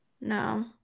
No